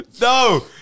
No